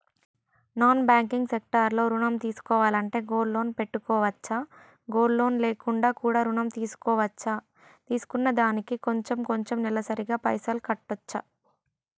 Non banking sector లో ఋణం తీసుకోవాలంటే గోల్డ్ లోన్ పెట్టుకోవచ్చా? గోల్డ్ లోన్ లేకుండా కూడా ఋణం తీసుకోవచ్చా? తీసుకున్న దానికి కొంచెం కొంచెం నెలసరి గా పైసలు కట్టొచ్చా?